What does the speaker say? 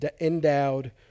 endowed